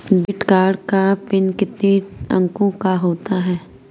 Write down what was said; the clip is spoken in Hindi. डेबिट कार्ड का पिन कितने अंकों का होता है?